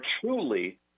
truly